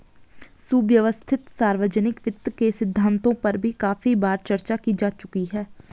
सुव्यवस्थित सार्वजनिक वित्त के सिद्धांतों पर भी काफी बार चर्चा की जा चुकी है